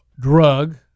drug